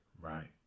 Right